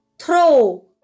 throw